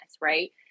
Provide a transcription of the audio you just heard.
right